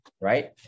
right